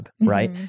Right